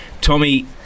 Tommy